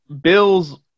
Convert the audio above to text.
Bill's